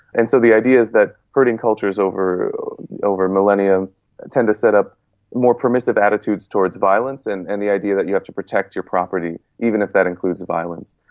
and so the idea is that herding cultures over over millennia tend to set up more permissive attitudes towards violence and and the idea that you have to protect your property, even if that includes violence.